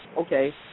Okay